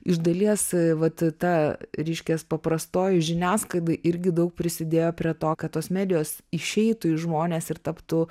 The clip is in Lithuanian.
iš dalies vat ta reiškias paprastoji žiniasklaida irgi daug prisidėjo prie to kad tos medijos išeitų į žmones ir taptų